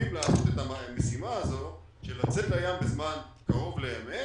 יודעים לעשות את המשימה הזאת של לצאת לים בזמן קרוב לאמת